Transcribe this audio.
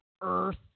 Earth